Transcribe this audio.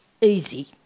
Easy